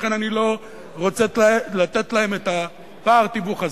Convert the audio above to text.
לכן אני לא רוצה לתת להם את פער התיווך הזה,